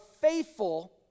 faithful